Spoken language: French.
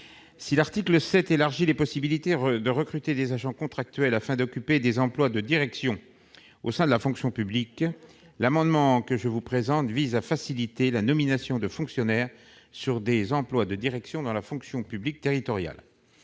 Si l'article 7 élargit les possibilités de recruter des agents contractuels afin d'occuper des emplois de direction au sein de la fonction publique, le présent amendement vise à faciliter les nominations de fonctionnaires sur des emplois de direction dans la fonction publique territoriale.